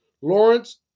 Lawrence